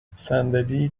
صندلی